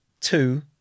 two